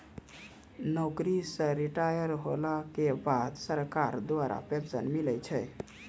नौकरी से रिटायर होला के बाद सरकार द्वारा पेंशन मिलै छै